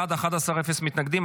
בעד, 11, אפס מתנגדים.